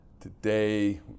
Today